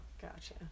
gotcha